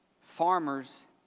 Farmers